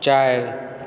चारि